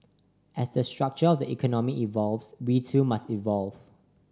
as the structure of the economy evolves we too must evolve